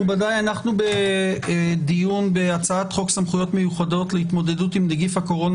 אנחנו בדיון בהצעת חוק סמכויות מיוחדות להתמודדות עם נגיף הקורונה